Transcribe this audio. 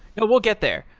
but we'll get there.